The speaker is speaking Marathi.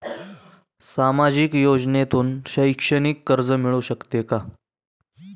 सामाजिक योजनेतून शैक्षणिक कर्ज मिळू शकते का?